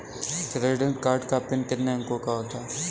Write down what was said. Credit card का PIN कितने अंकों का होता है?